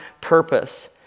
purpose